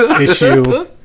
issue